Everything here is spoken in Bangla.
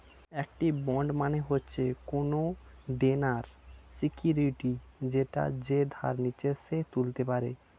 একটি বন্ড মানে হচ্ছে কোনো দেনার সিকিউরিটি যেটা যে ধার নিচ্ছে সে তুলতে পারে